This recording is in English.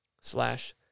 slash